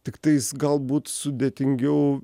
tiktais galbūt sudėtingiau